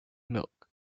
milk